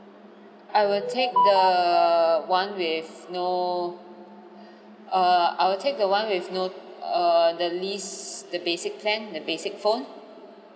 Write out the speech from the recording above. I will take the one with no err I will take the one with no err the least the basic plan the basic phone